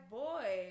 boy